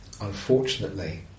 Unfortunately